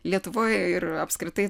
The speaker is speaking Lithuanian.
lietuvoj ir apskritai